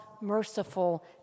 merciful